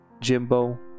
jimbo